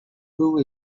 who